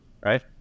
Right